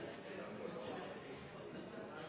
ser på